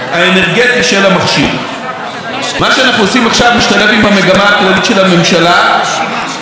מה שאנחנו עושים עכשיו משתלב במגמה הכללית של הממשלה להפחית רגולציה,